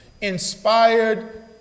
inspired